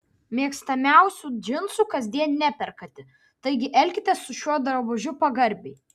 mėgstamiausių džinsų kasdien neperkate taigi elkitės su šiuo drabužiu pagarbiai